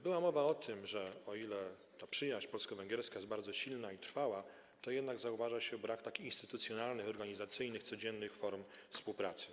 Była mowa o tym, że o ile przyjaźń polsko-węgierska jest bardzo silna i trwała, to jednak zauważa się brak instytucjonalnych, organizacyjnych, codziennych form współpracy.